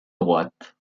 droite